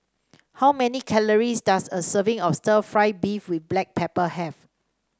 how many calories does a serving of Stir Fried Beef with Black Pepper have